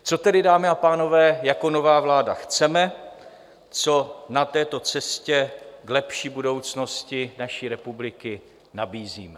Co tedy, dámy a pánové, jako nová vláda chceme, co na této cestě k lepší budoucnosti naší republiky nabízíme?